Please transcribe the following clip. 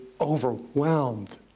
overwhelmed